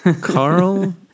Carl